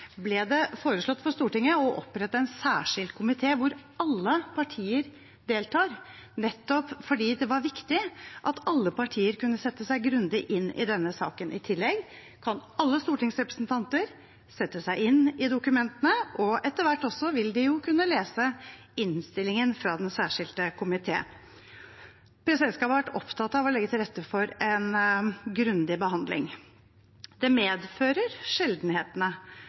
ble det foreslått for Stortinget å opprette en særskilt komité der alle partier deltar, nettopp fordi det var viktig at alle partier kunne sette seg grundig inn i denne saken. I tillegg kan alle stortingsrepresentanter sette seg inn i dokumentene. Etter hvert vil de jo også kunne lese innstillingen fra den særskilte komiteen. Presidentskapet har vært opptatt av å legge til rette for en grundig behandling. Det tilhører sjeldenhetene